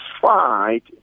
fight